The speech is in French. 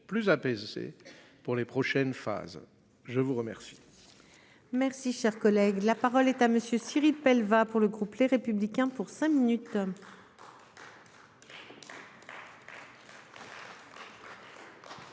plus apaisée. Pour les prochaines phases. Je vous remercie.--